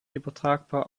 übertragbar